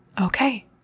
okay